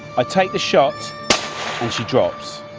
i take the shot and she drops.